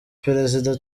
perezida